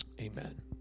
amen